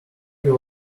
you